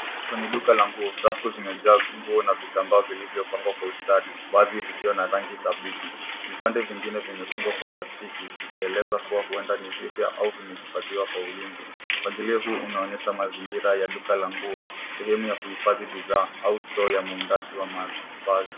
Kwenye Duka la nguo, rafu zimejaa nguo na vitambaa vilivyo pangwa kwa ustadi baadhi vikiwa na rangi dhabiti. Vipande vingine vimefungwa kwa plastiki vikieleza kuwa huenda ni vipya au vimehifadhiwa kwa ulinzi. Ufadhili huu unaonyesha mazingira ya duka la nguo sehemu ya kuhifadhi bidhaa au store ya muundaji wa mavazi.